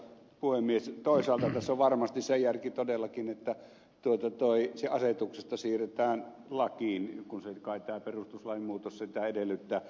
toisaalta tässä on varmasti se järki todellakin että se asetuksesta siirretään lakiin niin kuin kai tämä perustuslain muutos sitä edellyttää